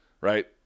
right